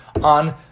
on